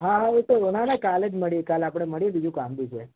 હા હા એ તો ના ના કાલે જ મળીએ કાલ આપણે મળી બીજું કામ બી છે